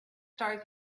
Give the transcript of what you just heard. stars